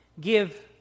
give